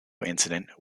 incident